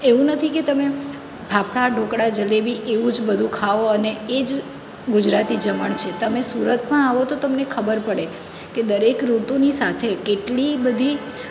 એવું નથી કે તમે ફાફડા ઢોકળા જલેબી એવું જ બધું ખાઓ અને એ જ ગુજરાતી જમણ છે તમે સુરતમાં આવો તો તમને ખબર પડે કે દરેક ઋતુની સાથે કેટલી બધી